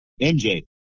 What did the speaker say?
MJ